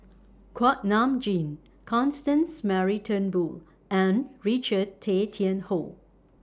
Kuak Nam Jin Constance Mary Turnbull and Richard Tay Tian Hoe